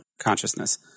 consciousness